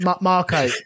marco